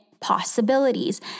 possibilities